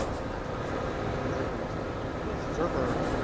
and that's because we've introduced this server,